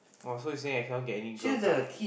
!wow! so you say I can not get any girls lah